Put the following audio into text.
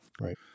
Right